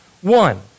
one